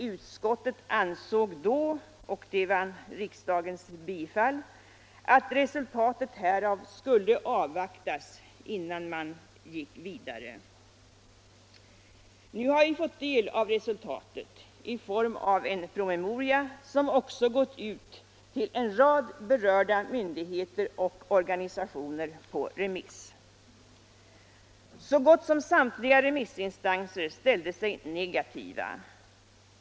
Utskottet ansåg då, liksom riksdagen, att resultatet härav skulle avvaktas innan man gick vidare. Nu har vi fått del av resultatet i form av en PM, som också gått på remiss till en rad berörda myndigheter och organisationer. Så gott som samtliga remissinstanser har ställt sig negativa.